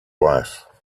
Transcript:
wife